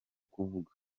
kuvuga